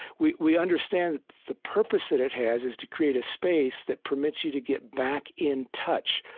we we understand that the purpose that it has is to create a space that permits you to get back in touch.